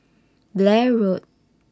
Blair Road